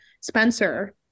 Spencer